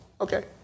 Okay